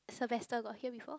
Sylvester got hear before